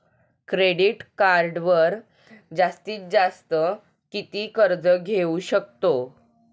Credit कार्डवर जास्तीत जास्त किती कर्ज घेऊ शकतो?